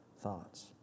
thoughts